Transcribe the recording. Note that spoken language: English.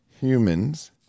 humans